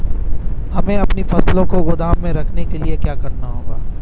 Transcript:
हमें अपनी फसल को गोदाम में रखने के लिये क्या करना होगा?